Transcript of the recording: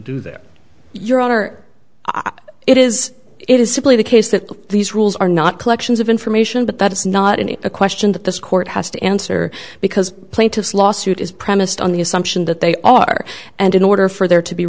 do that your honor it is it is simply the case that these rules are not collections of information but that is not any question that this court has to answer because plaintiffs lawsuit is premised on the assumption that they are and in order for there to be